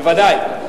בוודאי.